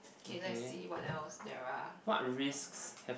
okay let's see what else there are